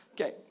Okay